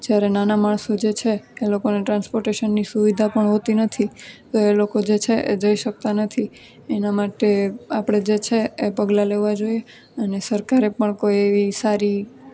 જ્યારે નાના માણસો જે છે એ લોકોને ટ્રાન્સપોર્ટેશનની સુવિધા પણ હોતી નથી તો એ લોકો જે છે એ જઈ શકતા નથી એના માટે આપણે જે છે એ પગલાં લેવાં જોઈએ અને સરકારે પણ કોઈ સારી